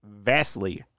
vastly